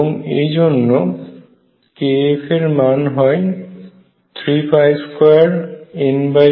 এবং এই জন্য kF এর মান হয় 32NV13